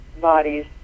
bodies